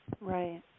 right